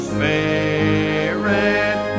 Spirit